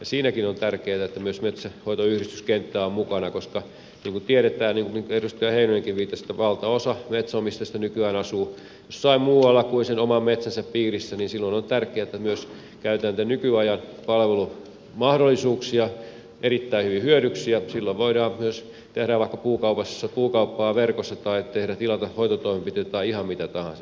siinäkin on tärkeätä että myös metsänhoitoyhdistyskenttä on mukana koska niin kuin tiedetään niin kuin edustaja heinonenkin viittasi valtaosa metsänomistajista nykyään asuu jossain muualla kuin sen oman metsänsä piirissä ja silloin on tärkeätä että myös käytetään näitä nykyajan palvelumahdollisuuksia erittäin hyvin hyödyksi ja silloin voidaan myös tehdä vaikka puukauppaa verkossa tai tilata hoitotoimenpiteitä tai ihan mitä tahansa